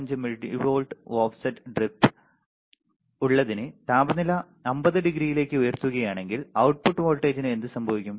15 millivolt offset drift ullathinte താപനില 50 ഡിഗ്രിയിലേക്ക് ഉയരുകയാണെങ്കിൽ output വോൾട്ടേജിന് എന്ത് സംഭവിക്കും